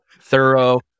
thorough